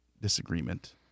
disagreement